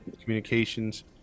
Communications